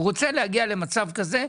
הוא רוצה להגיע למצב כזה,